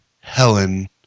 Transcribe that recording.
Helen